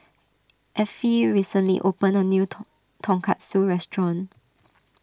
Affie recently opened a new ton Tonkatsu restaurant